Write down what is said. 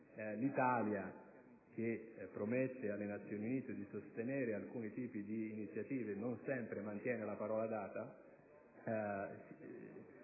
l'Italia, che promette alle Nazioni Unite di sostenere alcune iniziative ma non sempre mantiene la parola data,